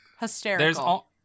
hysterical